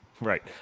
Right